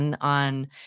on